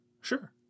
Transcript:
Sure